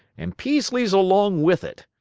and peaslee's along with it.